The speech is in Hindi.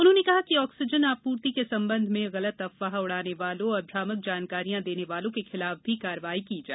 उन्होंने कहा कि ऑक्सीजन आपूर्ति के संबंध में गलत अफवाह उड़ाने वालों और भ्रामक जानकारियाँ देने वालों के खिलाफ भी कार्यवाही की जाए